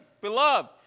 Beloved